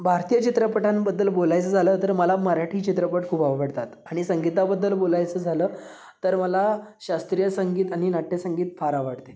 भारतीय चित्रपटांबद्दल बोलायचं झालं तर मला मराठी चित्रपट खूप आवडतात आणि संगीताबद्दल बोलायचं झालं तर मला शास्त्रीय संगीत आनि नाट्य संगीत फार आवडते